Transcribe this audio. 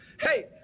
Hey